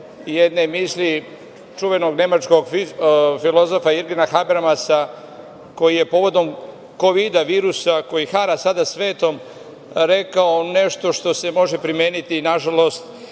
jedne misli čuvenog nemačkog filozofa Jirgena Habermasa koji je povodom Kovida virusa koji hara sada svetom rekao nešto što se može primeniti, nažalost,